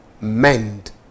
Mend